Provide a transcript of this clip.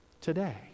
today